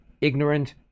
Ignorant